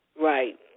Right